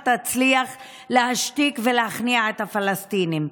תצליח להשתיק ולהכניע את הפלסטינים,